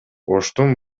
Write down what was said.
оштун